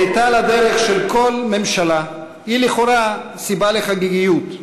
צאתה לדרך של כל ממשלה היא לכאורה סיבה לחגיגיות,